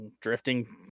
drifting